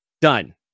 Done